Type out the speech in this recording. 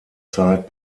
zeit